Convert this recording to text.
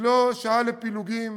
היא לא שעה לפילוגים,